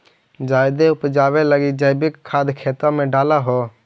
जायदे उपजाबे लगी जैवीक खाद खेतबा मे डाल हो?